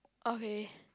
okay